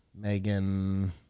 Megan